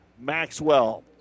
Maxwell